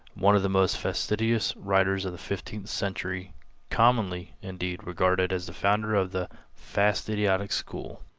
one of the most fastidious writers of the fifteenth century commonly, indeed, regarded as the founder of the fastidiotic school.